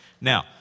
Now